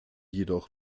jedoch